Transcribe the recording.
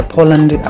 Poland